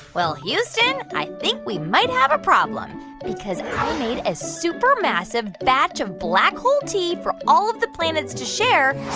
well, houston, i think we might have a problem because i made a supermassive batch of black hole tea for all of the planets to share.